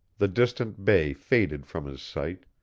the distant bay faded from his sight,